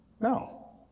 No